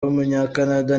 w’umunyakanada